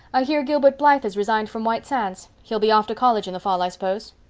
i hear gilbert blythe has resigned from white sands. he'll be off to college in the fall, i suppose.